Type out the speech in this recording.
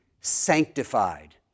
sanctified